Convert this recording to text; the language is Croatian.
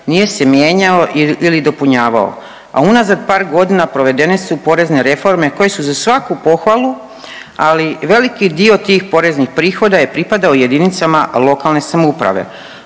nije se mijenjao ili dopunjavao, a unazad par godina provedene su porezne reforme koje su za svaku pohvalu, ali veliki dio tih poreznih prihoda je pripadao jedinicama lokalne samouprave,